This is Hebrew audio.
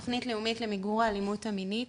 תוכנית לאומית למיגור האלימות המינית.